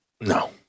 No